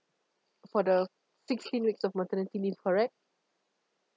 for the sixteen weeks of maternity leave correct